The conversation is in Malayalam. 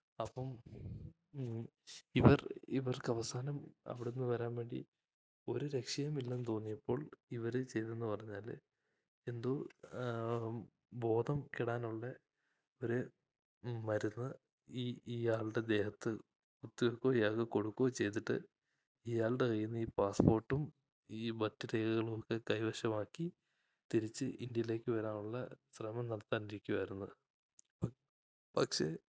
അപ്പം ഇവർ ഇവർക്ക് അവസാനം അവിടെനിന്നു വരാൻവേണ്ടി ഒരു രക്ഷയുമില്ലെന്ന് തോന്നിയപ്പോൾ ഇവർ ചെയ്തതെന്നു പറഞ്ഞാൽ എന്തോ ബോധംകെടാനുള്ള ഒരു മരുന്ന് ഈ ഇയാളുടെ ദേഹത്ത് കുത്തിവെക്കുകയോ ഇയാൾക്ക് കൊടുക്കുകയോ ചെയ്തിട്ട് ഇയാളുടെ കയ്യിൽനിന്ന് ഈ പാസ്പോർട്ടും ഈ മറ്റു രേഖകളുമൊക്കെ കൈവശമാക്കി തിരിച്ച് ഇന്ത്യയിലേക്ക് വരാനുള്ള ശ്രമം നടത്താൻ ഇരിക്കുകയായിരുന്നു പക്ഷേ